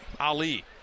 Ali